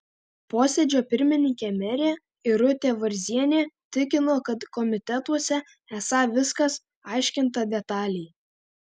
posėdžio pirmininkė merė irutė varzienė tikino kad komitetuose esą viskas aiškinta detaliai